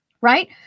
Right